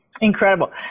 Incredible